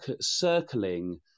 circling